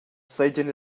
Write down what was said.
seigien